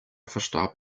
verstarb